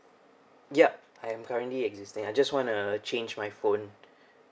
yup I'm currently existing I just wanna change my phone